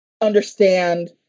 understand